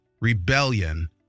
rebellion